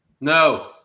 No